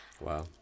Wow